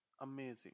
amazing